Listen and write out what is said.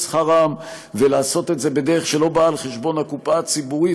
שכרם ולעשות את זה בדרך שלא באה על חשבון הקופה הציבורית,